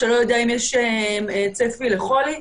שלא ידוע צפי לחולי,